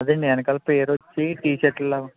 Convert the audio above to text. అదే అండి వెనకాల పేరు పేరు వచ్చి టీ షర్ట్ లాగ